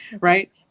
Right